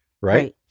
Right